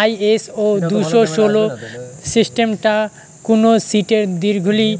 ISO দুশো ষোল সিস্টামটা কুনো শীটের দীঘলি